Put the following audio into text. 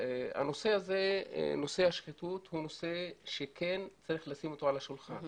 נושא השחיתות הוא נושא שכן צריך לשים אותו על השולחן,